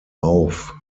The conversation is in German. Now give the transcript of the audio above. auf